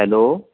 hello